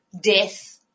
death